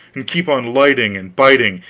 and keep on lighting and biting,